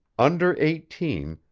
under eighteen,